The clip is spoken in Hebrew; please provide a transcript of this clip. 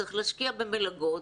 צריך להשקיע במלגות,